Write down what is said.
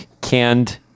canned